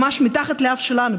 ממש מתחת לאף שלנו.